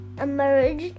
emerged